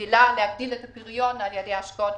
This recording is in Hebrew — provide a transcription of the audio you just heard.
יעילה, להגדיל את הפריון על ידי השקעות